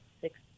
six